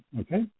okay